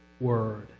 word